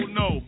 no